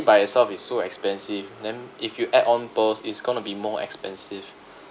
by itself is so expensive then if you add on pearls is gonna be more expensive